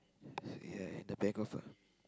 ya in the back of her